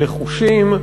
נחושים,